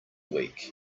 week